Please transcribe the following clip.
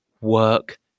Work